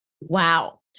Wow